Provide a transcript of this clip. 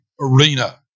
arena